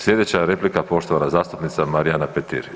Sljedeća replika poštovana zastupnica Marijana Petir.